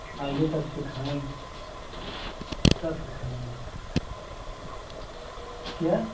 आइए तब सिखाएँ सब सीखा लेंगे क्या